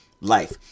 life